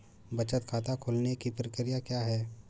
बचत खाता खोलने की प्रक्रिया क्या है?